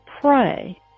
pray